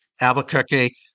Albuquerque